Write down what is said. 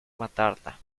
matarla